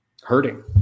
hurting